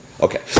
Okay